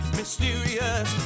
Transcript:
mysterious